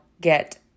get